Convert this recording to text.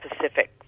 Pacific